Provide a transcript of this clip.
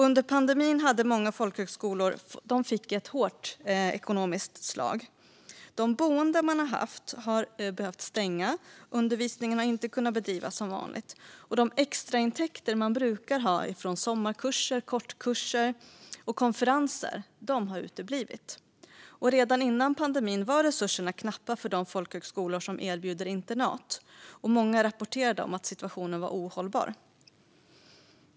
Under pandemin fick många folkhögskolor ett hårt ekonomiskt slag. De boenden man har haft har behövt stänga, och undervisningen har inte kunnat bedrivas som vanligt. De extraintäkter man brukar ha från sommarkurser, kortkurser och konferenser har uteblivit. Redan före pandemin var resurserna knappa för de folkhögskolor som erbjuder internat, och många rapporterade om att situationen var ohållbar.